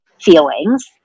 feelings